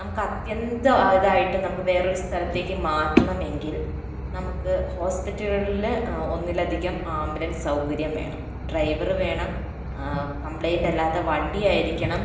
നമുക്ക് അത്യന്തം ഇതായിട്ട് നമുക്ക് വേറൊരു സ്ഥലത്തേക്ക് മാറ്റണമെങ്കിൽ നമുക്ക് ഹോസ്പിറ്റലുകളില് ഒന്നിലധികം ആംബുലൻസ് സൗകര്യം വേണം ഡ്രൈവർ വേണം കംപ്ലൈൻറ് അല്ലാത്ത വണ്ടി ആയിരിക്കണം